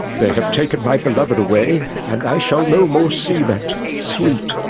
they have taken my beloved away and i shall no more see that sweet,